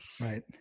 Right